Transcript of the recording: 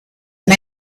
and